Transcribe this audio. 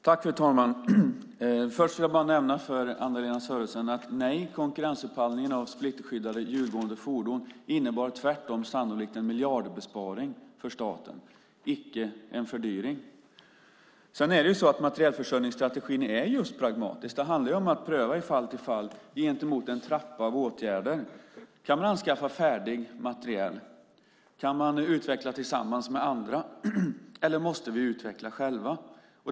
Fru talman! Först vill jag bara säga detta till Anna-Lena Sörenson: Nej, konkurrensupphandlingen av splitterskyddade hjulgående fordon innebar tvärtom sannolikt en miljardbesparing för staten, icke en fördyring. Sedan är materielförsörjningsstrategin just pragmatisk. Det handlar om att pröva från fall till fall gentemot en trappa av åtgärder: Kan vi anskaffa färdig materiel, kan vi utveckla tillsammans med andra eller måste vi utveckla själva?